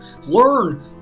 Learn